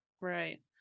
right